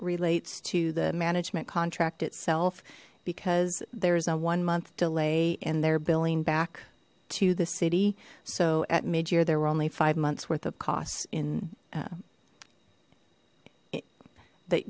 relates to the management contract itself because there's a one month delay and they're billing back to the city so at mid year there were only five months worth of costs in it th